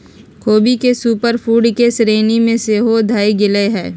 ख़ोबी के super food के श्रेणी में सेहो धयल गेलइ ह